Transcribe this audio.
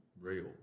real